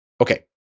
Okay